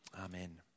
amen